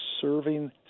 serving